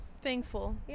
thankful